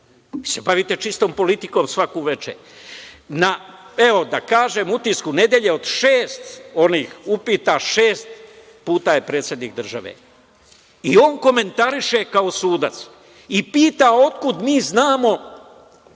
se bavite čistom politikom svako veče. Na, evo da kažem, „Utisku nedelje“, od šest onih upita, šest puta je predsednik države. On komentariše kao sudac i pita otkud mi znamo